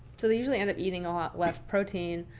so they usually end up eating a lot less protein,